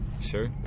sure